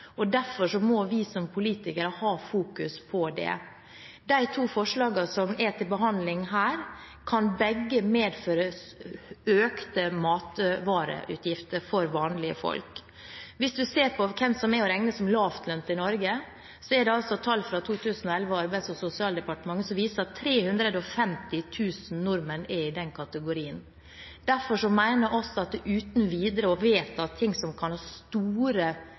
og derfor må vi som politikere fokusere på det. De to forslagene som er til behandling her, kan begge medføre økte matvareutgifter for vanlige folk. Hvis man ser på dem som er å regne som lavtlønte i Norge, viser Arbeids- og sosialdepartementets tall fra 2011 at 350 000 nordmenn er i den kategorien. Derfor mener vi at uten videre å vedta noe som kan ha store